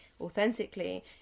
authentically